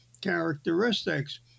characteristics